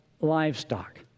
livestock